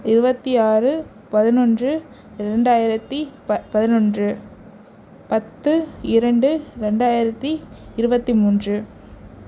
இருபத்தி ஆறு பதினொன்று ரெண்டாயிரத்தி ப பதினொன்று பத்து இரண்டு ரெண்டாயிரத்தி இருபத்தி மூன்று